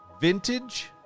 Vintage